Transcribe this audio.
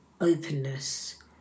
openness